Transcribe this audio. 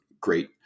great